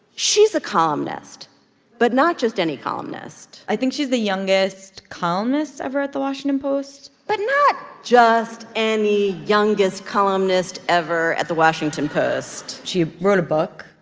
she's a columnist but not just any columnist i think she's the youngest columnist ever at the washington post but not just any youngest columnist ever at the washington post she wrote a book.